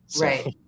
Right